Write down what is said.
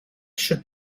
should